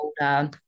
older